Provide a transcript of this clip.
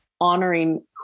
honoring